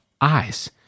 eyes